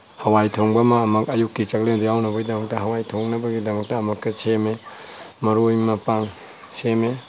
ꯍꯋꯥꯏ ꯊꯣꯡꯕ ꯑꯃꯨꯀ ꯑꯌꯨꯛꯀꯤ ꯆꯥꯛꯂꯦꯟꯗ ꯌꯥꯎꯅꯕꯒꯤꯗꯃꯛ ꯍꯋꯥꯏ ꯊꯣꯡꯅꯕꯒꯤꯗꯃꯛꯇ ꯑꯃꯨꯛꯀ ꯁꯦꯝꯃꯦ ꯃꯔꯣꯏ ꯃꯄꯥꯡ ꯁꯦꯝꯃꯦ